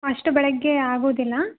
ಅಷ್ಟು ಬೆಳಗ್ಗೆ ಆಗುವುದಿಲ್ಲ